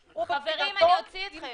חברים, אני אוציא אתכם.